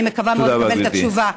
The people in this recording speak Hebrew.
אני מקווה מאוד לקבל את התשובה.